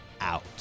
out